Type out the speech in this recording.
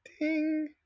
Ding